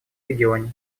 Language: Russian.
регионе